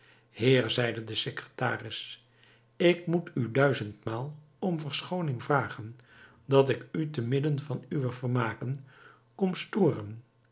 heer zeide de secretaris ik moet u duizendmaal om verschooning vragen dat ik u te midden van uwe vermaken kom storen